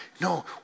No